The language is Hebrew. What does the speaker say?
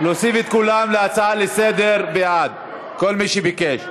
להוסיף את כולם להצעה לסדר בעד, כל מי שביקש.